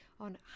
on